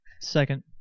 Second